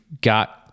got